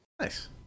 nice